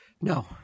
No